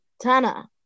Tana